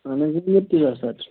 اَہَن حظ